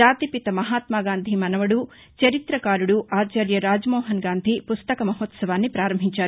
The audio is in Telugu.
జాతిపిత మహాత్మాగాంధీ మనవడు చరి్రకారుడు ఆచార్య రాజమోహన్గాంధీ పుస్తక మహెూత్సవాన్ని ప్రారంభించారు